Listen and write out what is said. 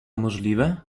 możliwe